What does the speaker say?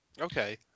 Okay